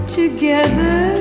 together